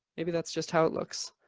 maybe that's just how it looks.